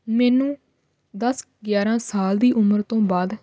ਮੈਨੂੰ ਦਸ ਗਿਆਰ੍ਹਾਂ ਸਾਲ ਦੀ ਉਮਰ ਤੋਂ ਬਾਅਦ